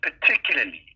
particularly